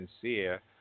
sincere